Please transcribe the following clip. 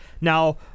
Now